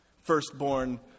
firstborn